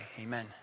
amen